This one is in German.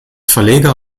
verleger